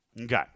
Okay